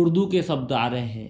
उर्दू के शब्द आ रहे हैं